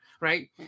Right